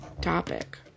topic